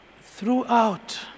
Throughout